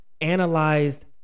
analyzed